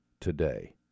today